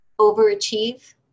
overachieve